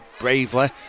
bravely